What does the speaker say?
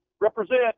Represent